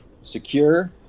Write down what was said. secure